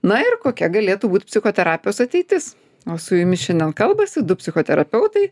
na ir kokia galėtų būt psichoterapijos ateitis o su jumis šiandien kalbasi du psichoterapeutai